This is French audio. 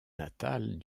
natale